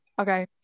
Okay